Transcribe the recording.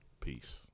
Peace